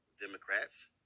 Democrats